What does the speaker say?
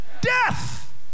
Death